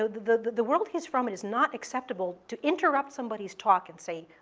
so the the world he's from, it is not acceptable to interrupt somebody's talk and say,